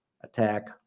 attack